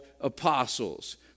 apostles